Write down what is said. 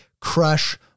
crush